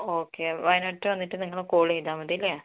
okay വയനാട്ടിൽ വന്നിട്ട് നിങ്ങളെ കോള് ചെയ്താൽ മതി അല്ലേ